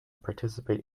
participate